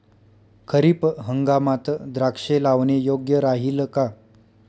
खरीप हंगामात द्राक्षे लावणे योग्य राहिल का?